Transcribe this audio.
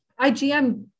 IgM